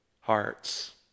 hearts